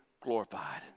glorified